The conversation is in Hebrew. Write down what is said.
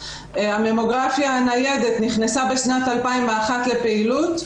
הממוגרפיה הניידת נכנסה בשנת 2001 לפעילות.